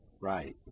right